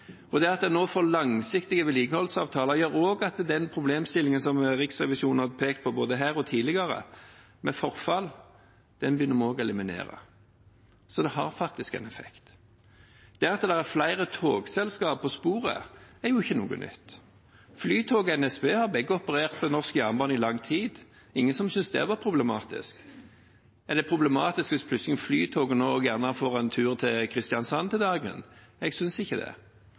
nå får langsiktige vedlikeholdsavtaler gjør også at vi begynner å eliminere den problemstillingen med forfall som Riksrevisjonen har pekt på både her og tidligere. Så det har faktisk en effekt. Det at det er flere togselskap på sporet, er ikke noe nytt. Flytoget og NSB har begge operert på norsk jernbane i lang tid, og det var ingen som syntes det var problematisk. Er det problematisk hvis plutselig Flytoget nå også får en tur til Kristiansand om dagen? Jeg synes ikke det,